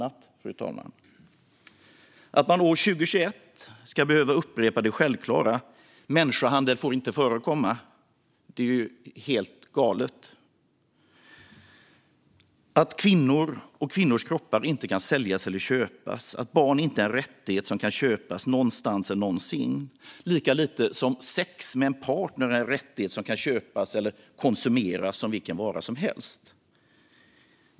Att man år 2021 ska behöva upprepa det självklara att människohandel inte får förekomma är helt galet och att kvinnor och kvinnors kroppar inte kan säljas eller köpas, att barn inte är en rättighet som kan köpas någonstans någonsin lika lite som sex med en partner är en rättighet som kan köpas och konsumeras som vilken vara som helst.